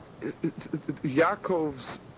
Yaakov's